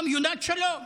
יונת שלום